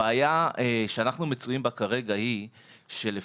הבעיה שאנחנו מצויים בה כרגע היא שלפי